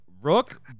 Rook